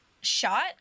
shot